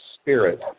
spirit